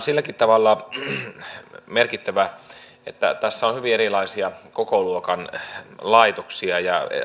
silläkin tavalla merkittävä että tässä on kyse hyvin eri kokoluokan laitoksista ja